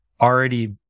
already